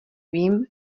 vím